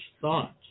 thought